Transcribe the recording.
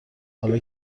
حالا